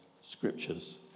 scriptures